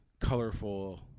colorful